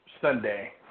Sunday